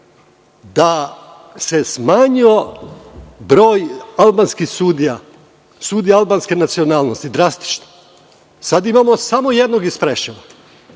Da se smanjio broj albanskih sudija, sudija albanske nacionalnosti drastično. Sad imamo samo jednog iz Preševa.